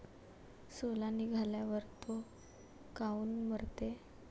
सोला निघाल्यावर थो काऊन मरते?